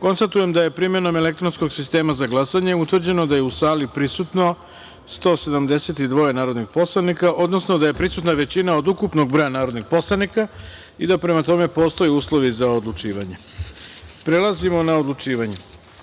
Konstatujem da je primenom elektronskog sistema za glasanje utvrđeno da je u sali prisutno 172 narodnih poslanika, odnosno da je prisutna većina od ukupnog broja narodnih poslanika i da prema tome postoje uslovi za odlučivanje. Prelazimo na odlučivanje. Prva